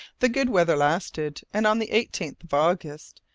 the good weather lasted, and on the eighteenth of august,